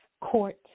Court